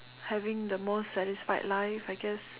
having the most satisfied life I guess